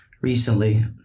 recently